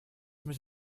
mich